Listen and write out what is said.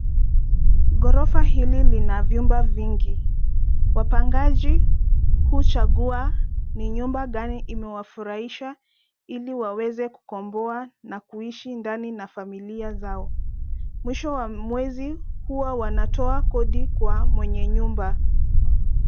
Ghorofa hili lina vyumba vingi. Wapangaji huchagua ni nyumba gani imewafurahisha ili waweze kukomboa na kuishi ndani na familia zao. Mwisho wa mwezi huwa wanatoa kodi kwa mwenye nyumba.